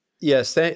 Yes